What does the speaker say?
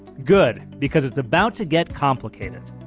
good, because it's about to get complicated.